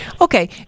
Okay